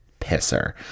pisser